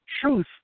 Truth